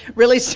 really, so